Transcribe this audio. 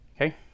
Okay